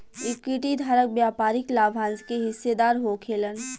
equity धारक व्यापारिक लाभांश के हिस्सेदार होखेलेन